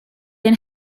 ein